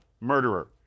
murderer